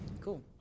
cool